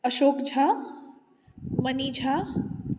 Ashok Jha Mani Jha